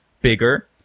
bigger